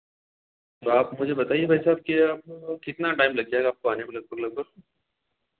तो आप मुझे बताइए भाई साहब की आप कितना टाइम लग जाएगा आपको आने में लगभग लगभग